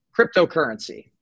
Cryptocurrency